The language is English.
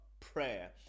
prayer